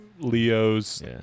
Leo's